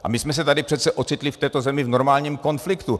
A my jsme se tady přece ocitli v této zemi v normálním konfliktu.